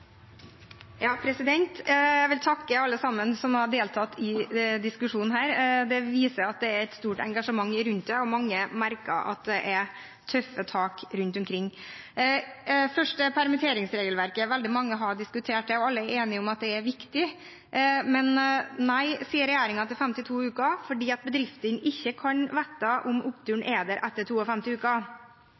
stort engasjement rundt dette, og mange merker at det er tøffe tak rundt omkring. Først til permitteringsregelverket. Veldig mange har diskutert det, og alle er enige om at det er viktig. Regjeringen sier nei til 52 uker fordi bedriftene ikke kan vite om oppturen er der etter 52 uker.